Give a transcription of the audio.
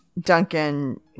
duncan